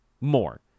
more